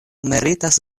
meritas